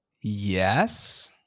Yes